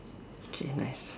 okay nice